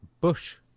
Bush